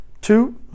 two